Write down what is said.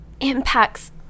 impacts